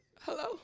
Hello